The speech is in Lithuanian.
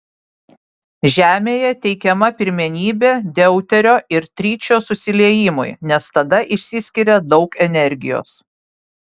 žemėje teikiama pirmenybė deuterio ir tričio susiliejimui nes tada išsiskiria daug energijos